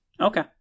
Okay